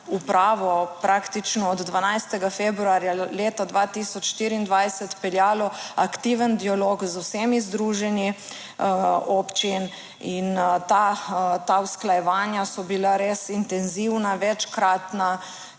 upravo praktično od 12. februarja leta 2024 peljalo aktiven dialog z vsemi združenji občin in ta usklajevanja so bila res intenzivna, večkratna